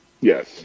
Yes